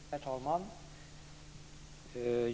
Herr talman!